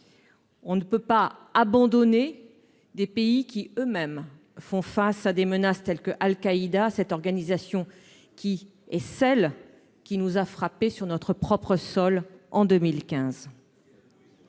on ne peut pas abandonner des pays qui eux-mêmes font face à des menaces telles qu'Al-Qaïda cette organisation qui est celle qui nous a frappé sur notre propre sol en 2015.